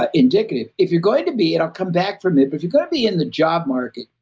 ah indicative. if you're going to be, and i'll come back from it, but if you got to be in the job market,